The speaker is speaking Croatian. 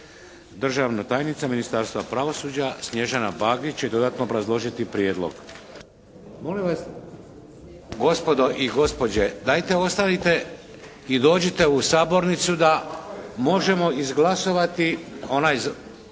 Državna tajnica Ministarstva pravosuđa, Snježana Bagić će dodatno obrazložiti prijedlog. Molim vas gospodo i gospođe, dajte ostavite i dođite u sabornicu da možemo izglasovati skidanje